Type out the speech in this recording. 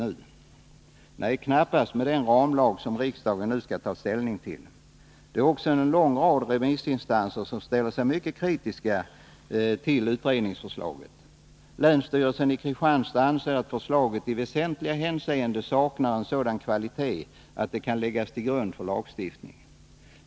Nej, det blir det knappast, med den ramlag som riksdagen nu skall ta ställning till. En lång rad remissinstanser ställer sig också mycket kritiska till utredningsförslaget. Länsstyrelsen i Kristianstad anser att förslaget i väsentliga hänseenden saknar en sådan kvalitet att det kan läggas till grund för lagstiftning.